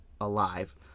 alive